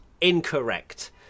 Incorrect